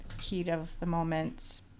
heat-of-the-moment